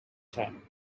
time